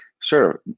Sure